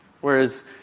Whereas